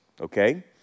Okay